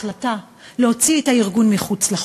התקבלה החלטה להוציא את הארגון מחוץ לחוק.